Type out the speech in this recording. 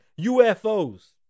UFOs